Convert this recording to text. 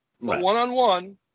one-on-one